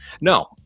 No